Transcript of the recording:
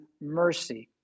mercy